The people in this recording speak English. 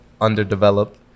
underdeveloped